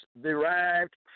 derived